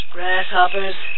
Grasshoppers